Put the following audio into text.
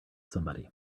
somebody